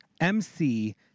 MC